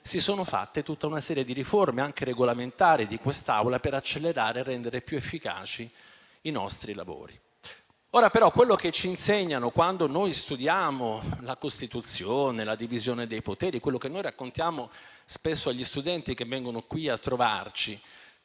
si sono fatte tutta una serie di riforme, anche quella del Regolamento di questa Assemblea, per accelerare e rendere più efficaci i nostri lavori. Ora, però, quello che ci insegnano quando studiamo la Costituzione e la divisione dei poteri, come raccontiamo spesso anche agli studenti che vengono qui a trovarci,